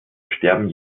sterben